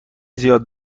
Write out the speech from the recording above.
زیاد